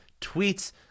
tweets